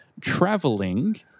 traveling